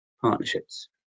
partnerships